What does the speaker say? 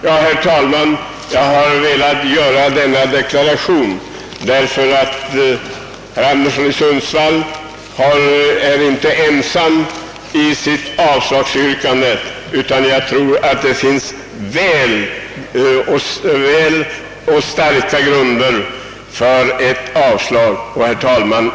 Herr talman! Jag har velat göra denna deklaration för att herr Anderson i Sundsvall inte skall bli ensam om sitt avslagsyrkande. Jag tror att det finns starka grunder för att avslå de förevarande motionerna. Herr talman!